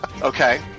Okay